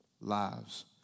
lives